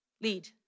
lead